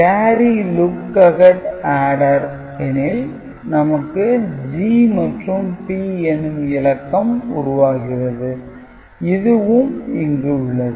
carry look ahead adder எனில் நமக்கு G மற்றும் P எனும் இலக்கம் உருவாகிறது இதுவும் இங்கு உள்ளது